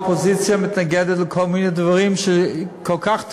למה האופוזיציה מתנגדת לדברים שהם כל כך טובים?